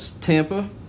Tampa